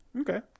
Okay